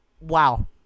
wow